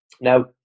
now